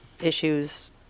issues